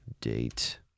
date